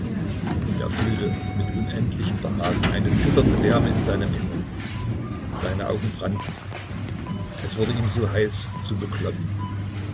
und er fühlte mit unendlichem behagen eine zitternde wärme in seinem innern seine augen brannten es wurde ihm so heiß und so beklommen